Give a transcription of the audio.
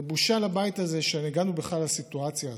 ובושה לבית הזה שהגענו בכלל לסיטואציה הזאת.